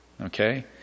okay